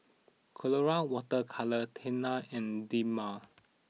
Colora Water Colours Tena and Dermale